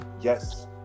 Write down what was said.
yes